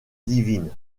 divine